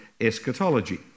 eschatology